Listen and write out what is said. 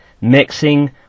mixing